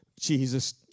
Jesus